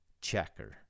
checker